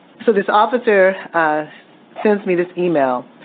so this officer ah sends me this email.